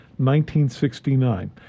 1969